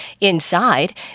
Inside